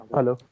Hello